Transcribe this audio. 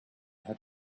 had